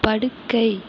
படுக்கை